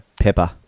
Pepper